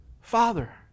Father